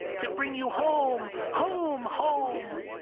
to bring you home, home, home!